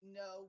no